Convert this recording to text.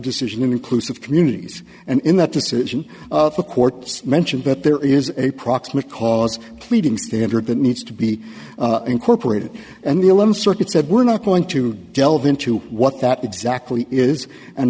decision inclusive communities and in that decision the courts mention that there is a proximate cause pleading standard that needs to be incorporated and the eleventh circuit said we're not going to delve into what that exactly is and